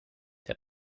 der